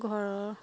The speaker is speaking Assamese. ঘৰৰ